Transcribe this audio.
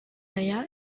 aya